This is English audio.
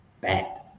bad